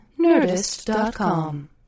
Nerdist.com